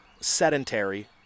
sedentary